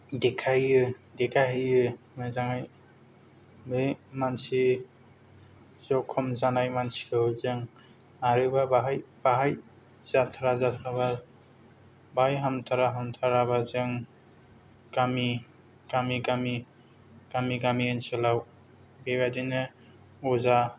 देखायो देखायहैयो मोजाङै बे मानसि जखम जानाय मानसिखौ जों आरोबा बेहाय बेहाय जाथारा जाथाराबा बाहाय हामथारा हामथाराबा जों गामि गामि ओनसोलाव बेबादिनो अजा